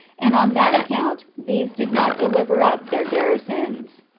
and on that account these did not deliver up their garrisons.